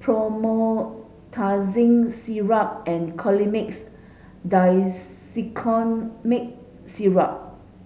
Promethazine Syrup and Colimix Dicyclomine Syrup